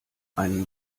einen